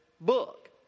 book